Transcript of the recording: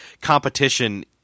competition